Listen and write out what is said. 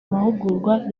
mahugurwa